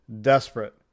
desperate